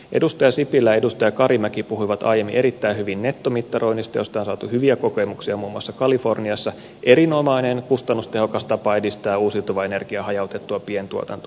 edustaja sipilä ja edustaja karimäki puhuivat aiemmin erittäin hyvin nettomittaroinnista josta on saatu hyviä kokemuksia muun muassa kaliforniassa erinomainen kustannustehokas tapa edistää uusiutuvan energian hajautettua pientuotantoa